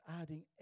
adding